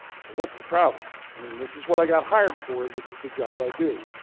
so what's the problem? i mean this is what i got hired for, this is the job i do.